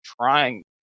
trying